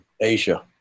asia